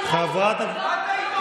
חבר הכנסת נאור שירי, קריאה ראשונה.